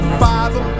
five